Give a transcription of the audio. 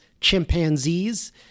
chimpanzees